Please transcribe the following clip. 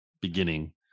beginning